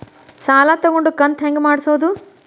ಸಾಲ ತಗೊಂಡು ಕಂತ ಹೆಂಗ್ ಮಾಡ್ಸೋದು?